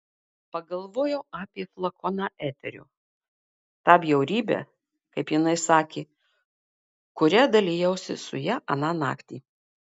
pagalvojau apie flakoną eterio tą bjaurybę kaip jinai sakė kuria dalijausi su ja aną naktį